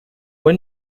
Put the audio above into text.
fue